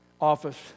office